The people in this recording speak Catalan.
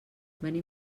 venim